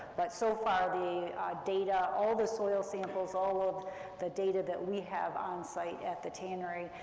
but so far, the data, all the soil samples, all of the data that we have onsite at the tannery,